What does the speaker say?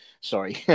sorry